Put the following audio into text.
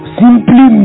simply